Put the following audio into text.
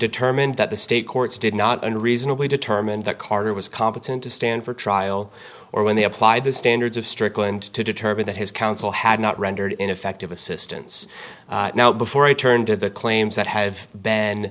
determined that the state courts did not unreasonably determine that carter was competent to stand for trial or when they apply the standards of strickland to determine that his counsel had not rendered ineffective assistance now before i turn to the claims that have be